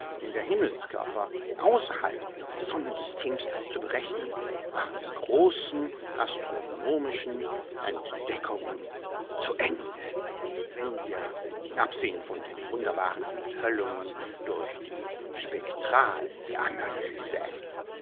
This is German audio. der himmelskörper außerhalb unsres sonnensystems zu berechnen waren die großen astronomischen entdeckungen zu ende wenn wir absehen von den wunderbaren enthüllungen durch die spektralanalyse